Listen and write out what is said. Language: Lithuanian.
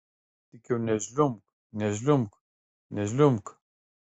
tik jau nežliumbk nežliumbk nežliumbk